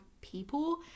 people